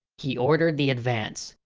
he ordered the advance.